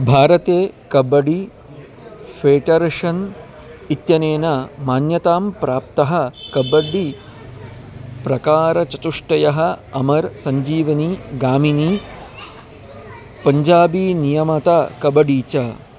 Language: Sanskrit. भारते कबडि फ़ेटर्शन् इत्यनेन मान्यतां प्राप्तः कब्बड्डी प्रकारचतुष्टयः अमरः सञ्जीवनी गामिनी पञ्जाबी नियमता कबडी च